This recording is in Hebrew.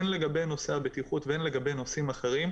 הן לגבי נושא הבטיחות והן לגבי נושאים אחרים,